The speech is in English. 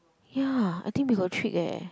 ya I think we got tricked eh